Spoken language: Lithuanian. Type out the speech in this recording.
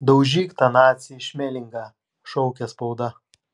daužyk tą nacį šmelingą šaukė spauda